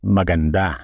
Maganda